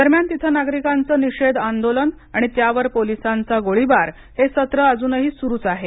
दरम्यान तिथे नागरिकांचं निषेध आंदोलन आणि त्यावर पोलिसांचा गोळीबार हे सत्र अजूनही सुरूच आहे